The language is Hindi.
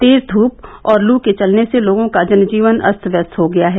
तेज ध्रप और लू के चलने से लोगों का जन जीवन अस्त व्यस्त हो गया है